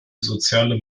soziale